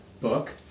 book